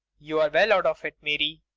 you're well out of it, mary,